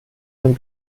ein